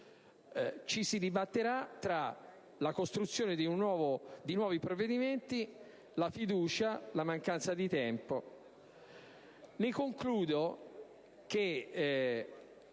Ci si dibatterà tra la costruzione di nuovi provvedimenti, la fiducia e la mancanza di tempo.